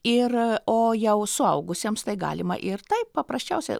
ir o jau suaugusiems tai galima ir taip paprasčiausiai